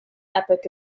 epoch